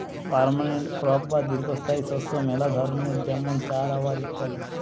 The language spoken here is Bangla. পার্মানেন্ট ক্রপ বা দীর্ঘস্থায়ী শস্য মেলা ধরণের যেমন চা, রাবার ইত্যাদি